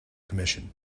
commission